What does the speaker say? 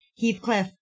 Heathcliff